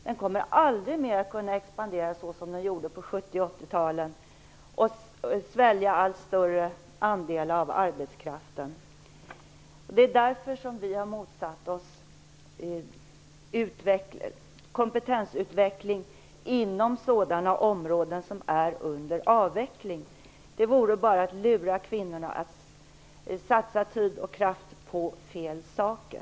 Den kommer aldrig mera att kunna expandera såsom den gjorde på 70 och 80-talet och svälja allt större andel av arbetskraften. Därför har vi motsatt oss kompetensutveckling inom sådana områden som är under avveckling. Något annat vore bara att lura kvinnorna att satsa tid och kraft på fel saker.